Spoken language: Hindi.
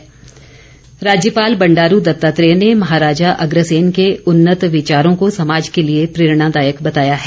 राज्यपाल राज्यपाल बंडारू दत्तात्रेय ने महाराजा अग्रसेन के उन्नत विचारों को समाज के लिए प्रेरणादायक बताया है